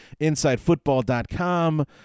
InsideFootball.com